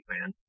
man